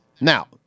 now